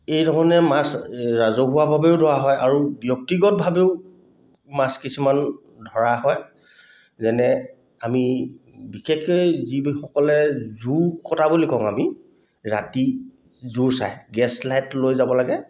এইধৰণে মাছ ৰাজহুৱাভাৱেও ধৰা হয় আৰু ব্যক্তিগতভাৱেও মাছ কিছুমান ধৰা হয় যেনে আমি বিশেষকৈ যিসকলে জোৰ কটা বুলি কওঁ আমি ৰাতি জোৰ চাই গেছ লাইট লৈ যাব লাগে